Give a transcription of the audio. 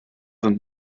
sind